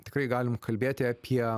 tikrai galim kalbėti apie